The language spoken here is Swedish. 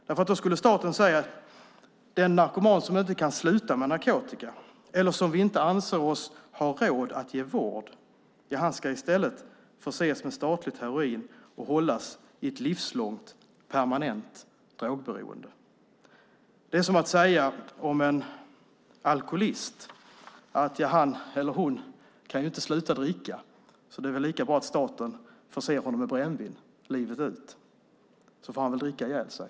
Då skulle staten säga att den narkoman som inte kan sluta med narkotika eller som vi inte anser oss ha råd att ge vård ska i stället förses med statligt heroin och hållas i ett livslångt permanent drogberoende. Det är som att säga om en alkoholist att han eller hon inte kan sluta dricka och att det därför är lika bra att staten förser honom eller henne med brännvin livet ut så att han eller hon får dricka ihjäl sig.